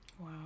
wow